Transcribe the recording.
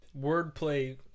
wordplay